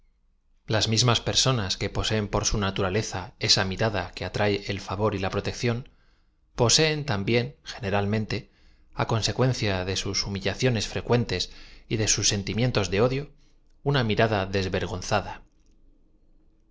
las mismas personas que poaeen por su naturaleza esa mirada que atrae el favor y la protección poaeen también generalmente á consecuencia de sus humi ilaciones frecuentes y de sus sentimientos de odio un mirada desvergonzada